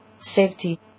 safety